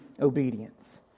obedience